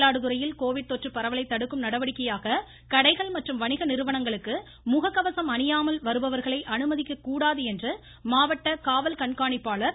மயிலாடுதுறையில் கோவிட் கொற்று பரவலைத் தடுக்கும் நடவடிக்கையாக கடைகள் மற்றும் வணிக நிறுவனங்களுக்கு முகக்கவசம் அணியாமல் வருபவர்களை அனுமதிக்க கூடாது என்று மாவட்ட காவல் கண்காணிப்பாளர் திரு